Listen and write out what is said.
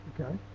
Okay